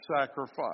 sacrifice